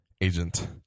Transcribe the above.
agent